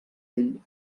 ell